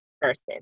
person